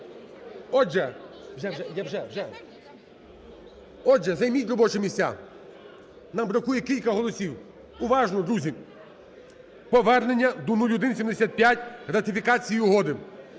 Отже, займіть робочі місця. Нам бракує кілька голосів. Уважно, друзі. Повернення до 0175, ратифікації Угоди.